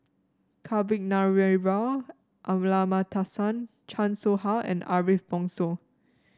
Kavignareru Amallathasan Chan Soh Ha and Ariff Bongso